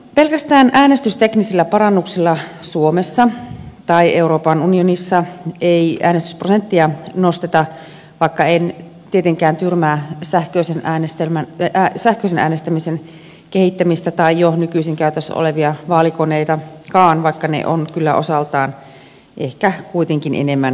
pelkästään äänestysteknisillä parannuksilla suomessa tai euroopan unionissa ei äänestysprosenttia nosteta vaikka en tietenkään tyrmää sähköisen äänestämisen kehittämistä tai jo nykyisin käytössä olevia vaalikoneitakaan vaikkakin ne ovat kyllä osaltaan ehkä kuitenkin enemmän viihdettä